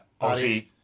Ozzy